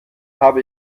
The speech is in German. habe